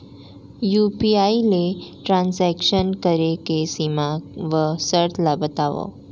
UPI ले transaction करे के सीमा व शर्त ला बतावव?